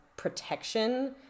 protection